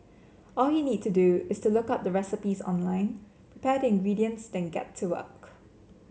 all you need to do is to look up the recipes online prepare the ingredients then get to work